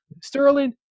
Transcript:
Sterling